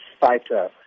fighter